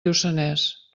lluçanès